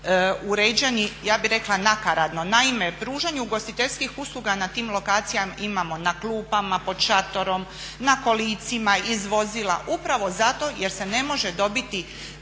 uređeni ja bih rekla nakaradno. Naime, pružanju ugostiteljskih usluga na tim lokacijama imamo na klupama, pod šatorom, na kolicima, iz vozila upravo zato jer se ne može dobiti